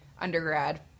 undergrad